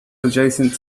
adjacent